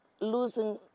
losing